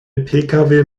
pkw